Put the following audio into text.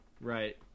Right